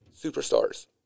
superstars